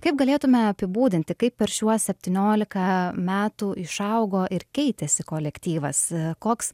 kaip galėtume apibūdinti kaip per šiuos septyniolika metų išaugo ir keitėsi kolektyvas koks